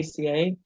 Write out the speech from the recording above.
ACA